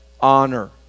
Honor